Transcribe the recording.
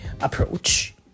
approach